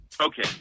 Okay